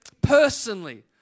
personally